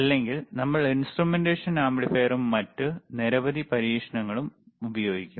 അല്ലെങ്കിൽ നമ്മൾ ഇൻസ്ട്രുമെന്റേഷൻ ആംപ്ലിഫയറും മറ്റ് നിരവധി പരീക്ഷണങ്ങളും ഉപയോഗിക്കും